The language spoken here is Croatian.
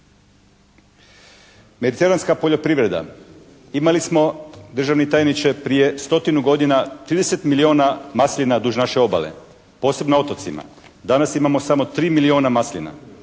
Mediteranska poljoprivreda. Imali smo državni tajniče prije stotinu godina 30 milijuna maslina duž naše obale, posebno na otocima. Danas imamo samo 3 milijuna maslina,